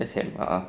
west ham a'ah